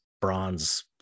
bronze